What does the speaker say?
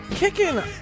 Kicking